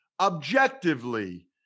objectively